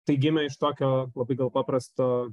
tai gimė iš tokio labai gal paprasto